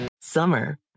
Summer